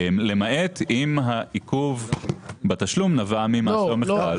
למעט אם העיכוב בתשלום נבע ממעשה או מחדל --- לא,